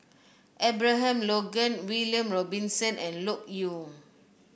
Abraham Logan William Robinson and Loke Yew